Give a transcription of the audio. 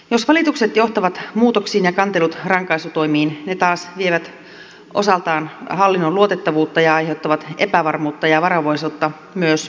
jos valitukset johtavat muutoksiin ja kantelut rankaisutoimiin ne taas vievät osaltaan hallinnon luotettavuutta ja aiheuttavat epävarmuutta ja varovaisuutta myös talouselämään